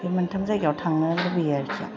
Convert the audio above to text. बे मोनथाम जायगायाव थांनो लुबैयो आरो आं